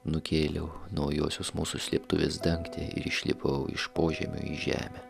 nukėliau naujosios mūsų slėptuvės dangtį ir išlipau iš požemio į žemę